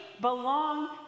belong